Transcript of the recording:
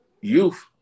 youth